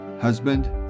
husband